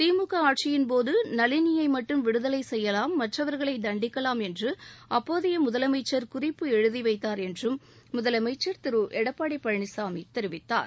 திமுக ஆட்சியின்போது நளினியை மட்டும் விடுதலை செய்யலாம் மற்றவர்களை தண்டிக்கலாம் என்று அப்போதைய முதலமைச்சர் குறிப்பு எழுதி வைத்தார் என்றும் முதலமைச்சர் திரு எடப்பாடி பழனிசாமி தெரிவித்தார்